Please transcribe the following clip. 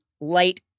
light